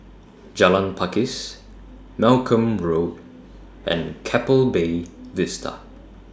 Jalan Pakis Malcolm Road and Keppel Bay Vista